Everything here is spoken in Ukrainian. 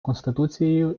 конституцією